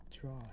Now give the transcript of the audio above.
draw